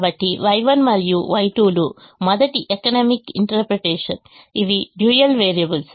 కాబట్టిY1 మరియు Y2లు మొదటి ఎకనమిక్ ఇంటర్ప్రిటేషన్ ఇవి డ్యూయల్ వేరియబుల్స్